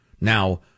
Now